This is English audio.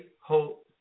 hope